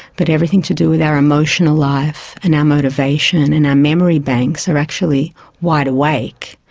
but everything to do with our emotional life and our motivation and our memory banks are actually wide awake.